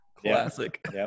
classic